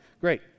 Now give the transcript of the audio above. Great